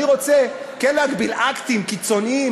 אני כן רוצה להגביל אקטים קיצוניים,